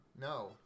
No